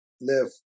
live